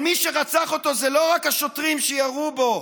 אבל מי שרצח אותו זה לא רק השוטרים שירו בו,